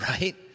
right